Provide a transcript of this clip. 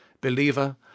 believer